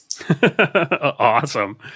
Awesome